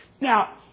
Now